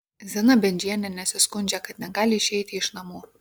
zina bendžienė nesiskundžia kad negali išeiti iš namų